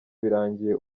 birangiye